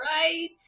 right